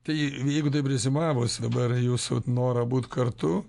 tai jei jeigu taip reziumavus dabar jūsų norą būt kartu